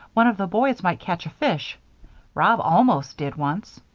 one of the boys might catch a fish rob almost did, once.